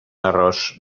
arròs